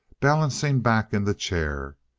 balancing back in the chair.